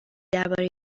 درباره